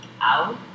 out